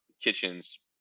kitchens